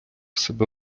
себе